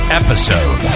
episode